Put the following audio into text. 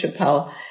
Chappelle